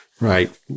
right